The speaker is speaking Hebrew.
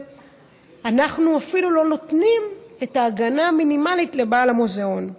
ואנחנו אפילו לא נותנים את ההגנה המינימלית לבעל המוזיאון.